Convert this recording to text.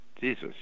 Jesus